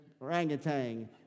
orangutan